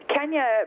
Kenya